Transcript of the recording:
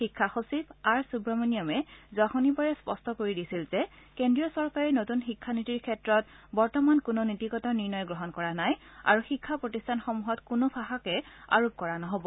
শিক্ষা সচিব আৰ সুৱমণিয়মে যোৱা শনিবাৰে স্পষ্ট কৰি দিছিল যে কেন্দ্ৰীয় চৰকাৰে নতুন শিক্ষানীতিৰ ক্ষেত্ৰত বৰ্তমান কোনো নীতিগত নিৰ্ণয় গ্ৰহণ কৰা নাই আৰু শিক্ষা প্ৰতিষ্ঠানসমূহত কোনো ভাষাকে আৰোপ কৰা নহয়